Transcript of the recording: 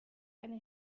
eine